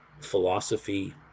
philosophy